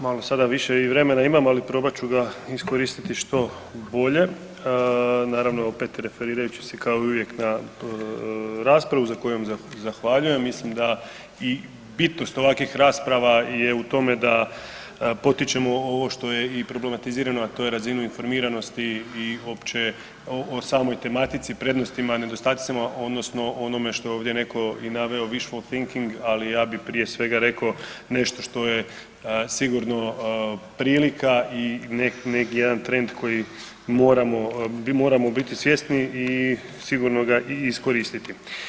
Malo sada više i vremena imam, ali probat ću ga iskoristiti što bolje naravno opet referirajući se kao uvijek na raspravu za kojom zahvaljujem i mislim da i bitnost ovakvih rasprava je u tome da potičemo ovo što je i problematizirano, a to je razinu informatiziranosti i uopće o samoj tematici, prednostima i nedostacima odnosno onome što je ovdje netko i naveo … [[Govornik se ne razumije]] , ali ja bi prije svega rekao nešto što je sigurno prilika i neki jedan trend koji moramo, moramo biti svjesni i sigurno ga i iskoristiti.